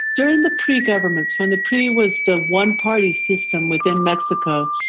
during the pri governments, when the pri was the one-party system within mexico,